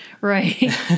Right